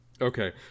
Okay